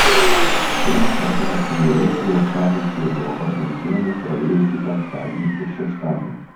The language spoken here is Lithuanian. pirmą kartą naktiniai reisai uostamiestyje buvo organizuojami praėjusį penktadienį ir šeštadienį